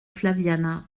flaviana